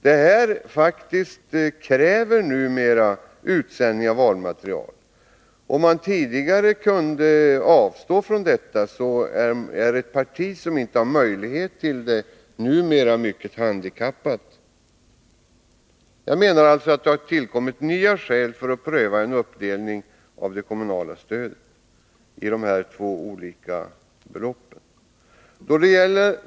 Det kräver alltså utsändning av valmaterial. Tidigare kunde man kanske avstå från detta, men numera är ett parti som inte har denna möjlighet handikappat. Jag menar alltså att nya skäl har tillkommit för att pröva en uppdelning av det kommunala stödet i dessa två olika belopp.